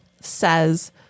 says